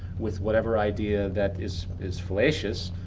with whatever idea that is is fallacious.